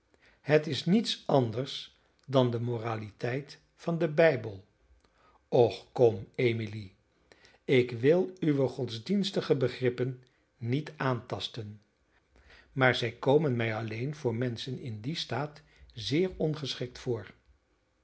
het is niets anders dan de moraliteit van den bijbel och kom emily ik wil uwe godsdienstige begrippen niet aantasten maar zij komen mij alleen voor menschen in dien staat zeer ongeschikt voor